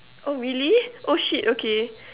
oh really oh shit okay